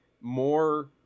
more